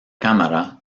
cámara